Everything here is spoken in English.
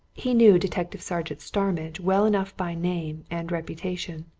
he knew detective-sergeant starmidge well enough by name and reputation.